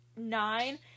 nine